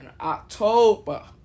October